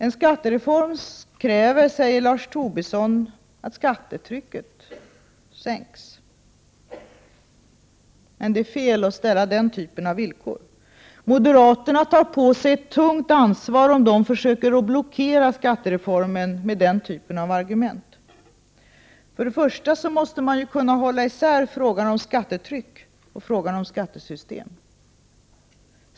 En skattereform kräver, säger Lars Tobisson, att skattetrycket sänks. Men det är fel att ställa den typen av villkor. Moderaterna tar på sig ett tungt ansvar, om de försöker blockera skattereformen med den typen av argument. För det första: man måste ju kunna hålla isär frågan om skattetryck och frågan om skattesystem.